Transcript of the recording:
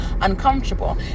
uncomfortable